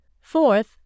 fourth